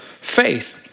faith